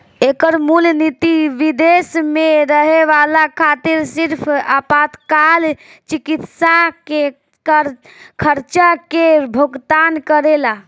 एकर मूल निति विदेश में रहे वाला खातिर सिर्फ आपातकाल चिकित्सा के खर्चा के भुगतान करेला